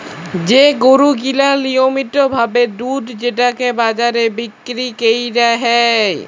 যে গরু গিলা লিয়মিত ভাবে দুধ যেটকে বাজারে বিক্কিরি ক্যরা হ্যয়